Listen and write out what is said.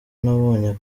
nabonye